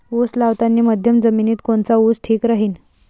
उस लावतानी मध्यम जमिनीत कोनचा ऊस ठीक राहीन?